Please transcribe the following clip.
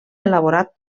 elaborat